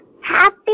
Happy